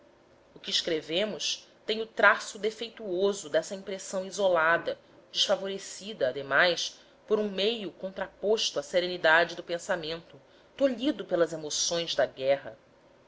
o que escrevemos tem o traço defeituoso dessa impressão isolada desfavorecida ademais por um meio contraposto à serenidade do pensamento tolhido pelas emoções da guerra